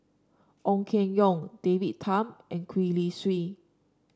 Ong Keng Yong David Tham and Gwee Li Sui